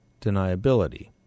deniability